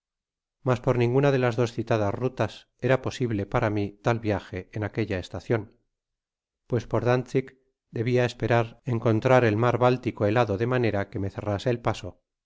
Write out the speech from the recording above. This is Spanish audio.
mas por ninguna de las dos citadas rutas era posible para mi tal viaje en aquella estacion pues por daptzick debia esperar el encontrar el mar báltico helado de manera que rae cerrase el paso